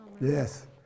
yes